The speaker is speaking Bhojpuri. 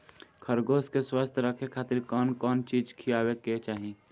खरगोश के स्वस्थ रखे खातिर कउन कउन चिज खिआवे के चाही?